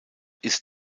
ist